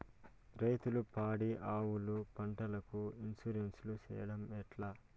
రైతులు పాడి ఆవులకు, పంటలకు, ఇన్సూరెన్సు సేయడం ఎట్లా?